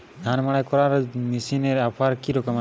ধান মাড়াই করার মেশিনের অফার কী রকম আছে?